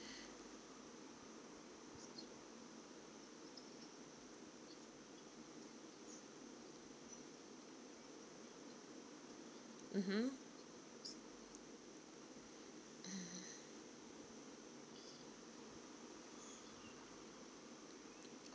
mmhmm